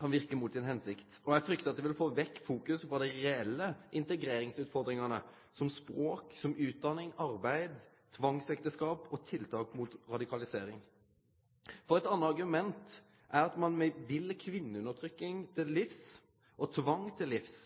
kan verke mot si hensikt. Eg fryktar at det vil ta fokus vekk frå dei reelle integreringsutfordringane, som språk, utdanning, arbeid, tvangsekteskap og tiltak mot radikalisering. Eit anna argument er at ein vil kvinneundertrykking og tvang til livs.